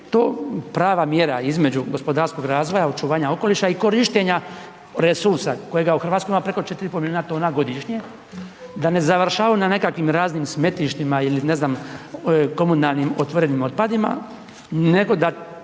je to prava mjera između gospodarskog razvoja očuvanja okoliša i korištenja resursa kojega u Hrvatskoj ima preko 4,5 miliona tona godišnje, da ne završavaju na nekakvim raznim smetlištima ili ne znam komunalnim otvorenim otpadima, nego da